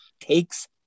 Takes